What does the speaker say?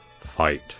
fight